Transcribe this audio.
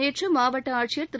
நேற்று மாவட்ட ஆட்சியர் திரு